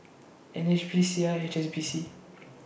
N H B Sia H B C